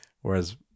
Whereas